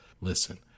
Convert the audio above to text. Listen